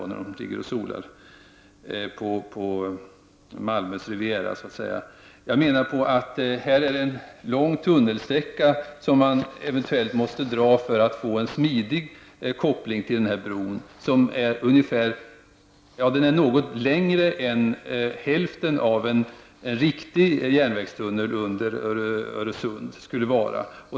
För att få en smidig koppling till bron måste man dra en lång tunnelsträcka som är något längre än vad hälften av en riktig järnvägstunnel under Öresund skulle bli.